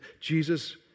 Jesus